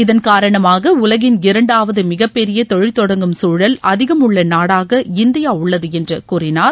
இதன் காரணமாக உலகின் இரண்டாவது மிகப்பெரிய தொழில் தொடங்கும் சூழல் அதிகம் உள்ள நாடாக இந்தியா உள்ளது என்று கூறினார்